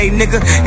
nigga